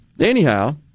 Anyhow